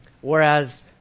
Whereas